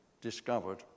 discovered